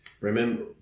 Remember